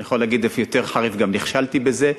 אני יכול להגיד אף יותר חריף: נכשלתי בזה.